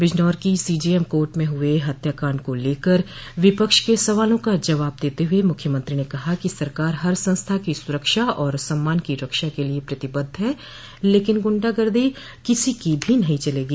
बिजनौर की CJM court में हुये हत्याकांड को लेकर विपक्ष के सवालों का जवाब देते हुए मुख्यमंत्री ने कहा कि सरकार हर संस्था की सुरक्षा और सम्मान की रक्षा के लिये प्रतिबद्ध है लेकिन गुंडागर्दी किसी की भी नहीं चलगी